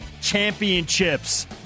championships